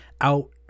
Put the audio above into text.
out